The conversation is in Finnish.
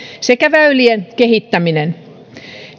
sekä väylien kehittäminen